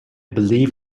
believe